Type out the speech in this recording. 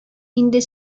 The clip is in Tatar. инде